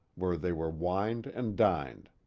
where they were wined and dined.